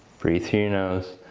breathe through your nose.